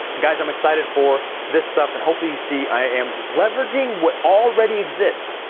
guys i'm excited for this stuff and hopefully you see i am leveraging what already exists,